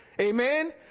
Amen